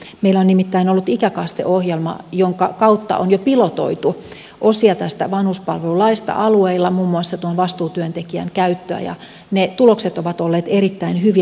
meillä on nimittäin ollut ikäkaste ohjelma jonka kautta on jo pilotoitu osia tästä vanhuspalvelulaista alueilla muun muassa tuon vastuutyöntekijän käyttöä ja ne tulokset ovat olleet erittäin hyviä